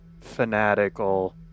fanatical